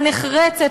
הנחרצת,